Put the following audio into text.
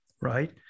right